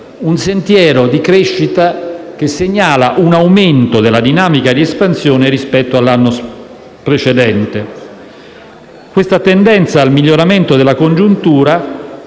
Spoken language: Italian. un sentiero di crescita sostenuta, che segnala un aumento della dinamica di espansione rispetto all'anno precedente. Questa tendenza al miglioramento della congiuntura